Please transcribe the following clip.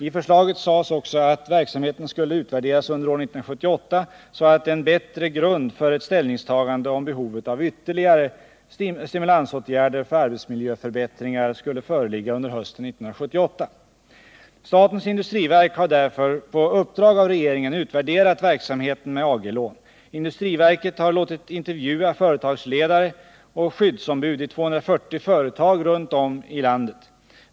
I förslaget sades också att verksamheten skulle utvärderas under år 1978, så att en bättre grund för ett ställningstagande om behovet av ytterligare stimulansåtgärder för arbetsmiljöförbättringar skulle föreligga under hösten 1978. Statens industriverk har därför på uppdrag av regeringen utvärderat verksamheten med AG-lån. Industriverket har låtit intervjua företagsledare och skyddsombud i 240 företag runt om i landet.